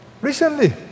Recently